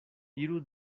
iru